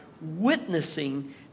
witnessing